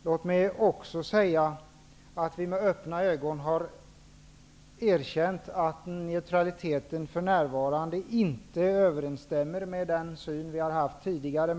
Låt mig också säga att vi med öppna ögon har erkänt att neutraliteten för närvarande inte överensstämmer med den syn vi har haft tidigare.